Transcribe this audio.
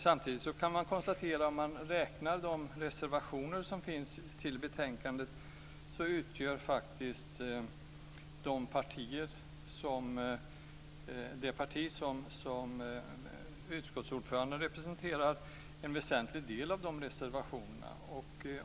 Samtidigt kan man konstatera, om man räknar de reservationer som finns till betänkandet, att en väsentlig del av reservationerna kommer från det parti som utskottsordföranden representerar.